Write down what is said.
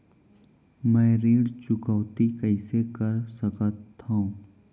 मैं ऋण चुकौती कइसे कर सकथव?